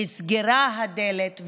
נסגרה הדלת,